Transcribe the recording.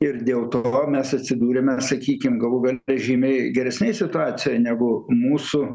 ir dėl to mes atsidūrėme sakykim galų gale žymiai geresnėj situacijoj negu mūsų